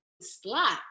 slot